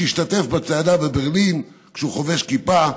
שהשתתף בצעדה בברלין כשהוא חובש כיפה,